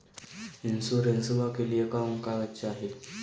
इंसोरेंसबा के लिए कौन कागज चाही?